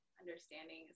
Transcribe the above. understanding